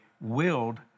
willed